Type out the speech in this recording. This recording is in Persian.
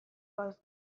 باز